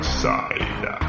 side